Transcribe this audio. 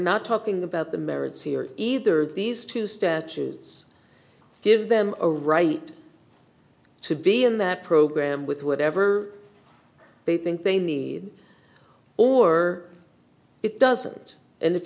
talking about the merits here either these two statutes give them a right to be in that program with whatever they think they need or it doesn't and if